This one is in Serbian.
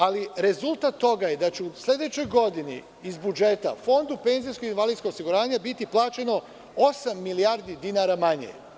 Ali, rezultat toga je da će u sledećoj godini iz budžeta Fondu za penzijsko-invalidsko osiguranje biti plaćeno osam milijardi dinara manje.